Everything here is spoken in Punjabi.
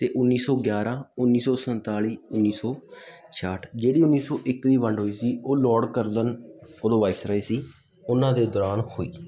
ਅਤੇ ਉੱਨੀ ਸੌ ਗਿਆਰ੍ਹਾਂ ਉੱਨੀ ਸੌ ਸੰਤਾਲੀ ਉੱਨੀ ਸੌ ਛਿਆਹਠ ਜਿਹੜੀ ਉੱਨੀ ਸੌ ਇੱਕ ਦੀ ਵੰਡ ਹੋਈ ਸੀ ਉਹ ਲੋਡ ਕਰਜਨ ਫੋਰੋ ਵਾਈਸਰਾਏ ਸੀ ਉਹਨਾਂ ਦੇ ਦੌਰਾਨ ਹੋਈ